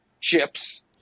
chips